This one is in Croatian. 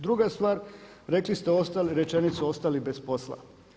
Druga stvar, rekli ste rečenicu ostali bez posla.